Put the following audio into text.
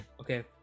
okay